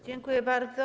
Dziękuję bardzo.